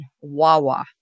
Wawa